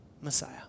Messiah